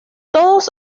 todas